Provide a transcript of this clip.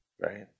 Right